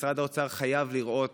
משרד האוצר חייב לראות